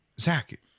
Zach